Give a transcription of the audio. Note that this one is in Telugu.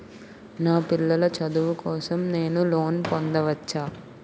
నా పిల్లల చదువు కోసం నేను లోన్ పొందవచ్చా?